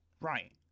right